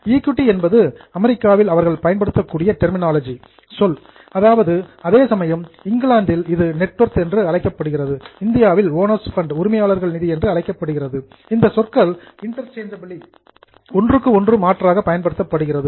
equity என்பது அமெரிக்காவில் அவர்கள் பயன்படுத்தக்கூடிய ட்டர்மினோலஜி சொல் அதேசமயம் இங்கிலாந்தில் இது நெட் வொர்த் நிகர மதிப்பு என்று அழைக்கப்படுகிறது இந்தியாவில் ஓனர்ஸ் ஃபண்ட் உரிமையாளர்கள் நிதி என்று அழைக்கப்படுகிறது இந்த சொற்கள் இன்டர்சேஞ்ச்ஜபிலி ஒன்றுக்கு ஒன்று மாற்றாக பயன்படுத்தப்படுகிறது